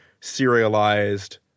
serialized